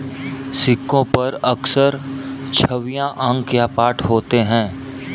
सिक्कों पर अक्सर छवियां अंक या पाठ होते हैं